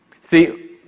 See